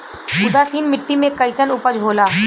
उदासीन मिट्टी में कईसन उपज होला?